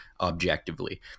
objectively